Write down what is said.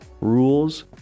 rules